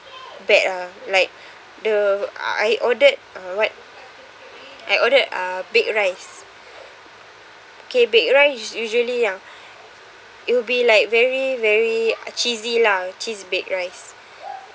bad ah like the I ordered uh what I ordered uh baked rice okay baked rice usually ya it'll be like very very cheesy lah cheese baked rice